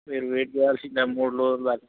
మీరు వెయిట్ చేయాల్సిందే మూడు రోజులు దాకా